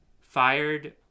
fired